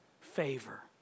favor